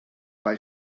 bei